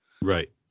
right